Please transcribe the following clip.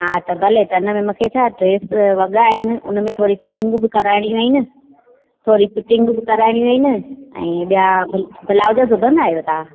हा त भले त हिन में मूंखे छा ड्रेस वॻा आहिनि उन में थोरी फिटिंग बि कराइणी आहिनि थोरी फिटिंग बि कराइणी आहिनि ऐं ॿिया ब्लाउज सिबंदा आहियो तव्हां